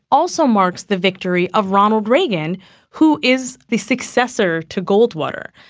also marks the victory of ronald reagan who is the successor to goldwater.